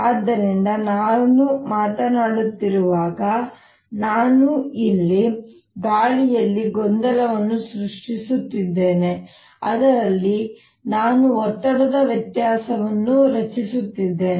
ಆದ್ದರಿಂದ ನಾನು ಮಾತನಾಡುತ್ತಿರುವಾಗ ನಾನು ಇಲ್ಲಿ ಗಾಳಿಯಲ್ಲಿ ಗೊಂದಲವನ್ನು ಸೃಷ್ಟಿಸುತ್ತಿದ್ದೇನೆ ಅದರಲ್ಲಿ ನಾನು ಒತ್ತಡದ ವ್ಯತ್ಯಾಸವನ್ನು ರಚಿಸುತ್ತಿದ್ದೇನೆ